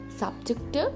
subject